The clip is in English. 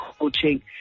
coaching